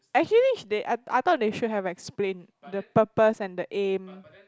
actually they I I I thought they should have explained the purpose and the aim